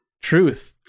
Truth